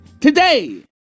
today